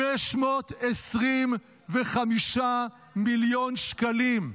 525 מיליון שקלים,